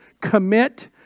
Commit